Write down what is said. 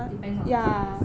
depends on the size